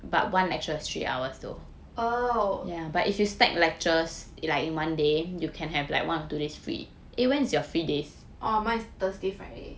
oh oh mine is thursday friday